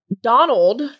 Donald